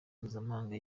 mpuzamahanga